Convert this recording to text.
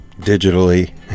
digitally